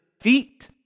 feet